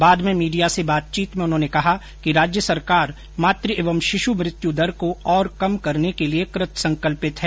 बाद में मीडिया से बातचीत में उन्होंने कहा कि राज्य सरकार मातृ एवं शिशु मृत्यु दर को और कम करने के लिए संकल्पित है